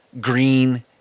green